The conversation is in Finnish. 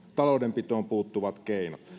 taloudenpitoon puuttuvat keinot